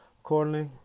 accordingly